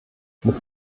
mit